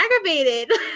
aggravated